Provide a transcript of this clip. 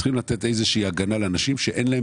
צריך לתת איזה שהיא הגנה לאנשים שאין להם